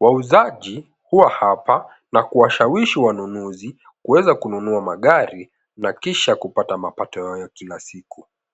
Wauzaji huwa hapa na kuwashawishi wanunuzi kuweza kununua magari na kisha kupata mapato yao ya kila siku.